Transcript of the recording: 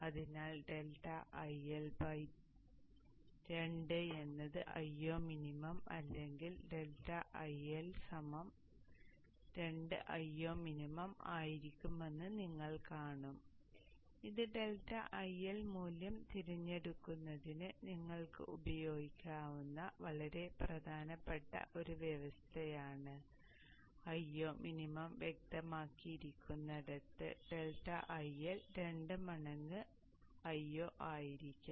അതിനാൽ ∆IL 2 എന്നത് Io minimum അല്ലെങ്കിൽ ∆IL 2Io മിനിമം ആയിരിക്കുമെന്ന് നിങ്ങൾ കാണും ഇത് ∆IL മൂല്യം തിരഞ്ഞെടുക്കുന്നതിന് നിങ്ങൾക്ക് ഉപയോഗിക്കാവുന്ന വളരെ പ്രധാനപ്പെട്ട ഒരു വ്യവസ്ഥയാണ് Io മിനിമം വ്യക്തമാക്കിയിരിക്കുന്നിടത്ത് ∆IL രണ്ട് മടങ്ങ് Io ആയിരിക്കണം